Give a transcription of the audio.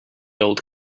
old